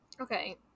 Okay